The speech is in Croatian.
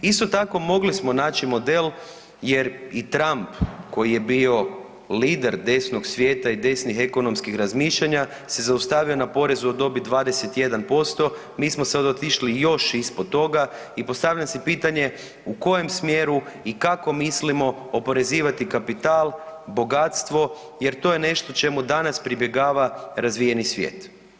Isto tako mogli smo naći model jer i Trum koji je bio lider desnog svijeta i desnih ekonomskih razmišljanja se zaustavio na porezu od dobit 21%, mi smo sad otišli još ispod toga i postavljam si pitanje u kojem smjeru i kako mislimo oporezivati kapital, bogatstvo jer to je nešto čemu danas pribjegava razvijeni svijet.